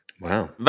Wow